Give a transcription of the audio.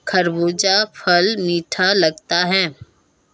खरबूजा फल मीठा लगता है